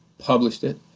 published it,